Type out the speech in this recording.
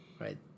right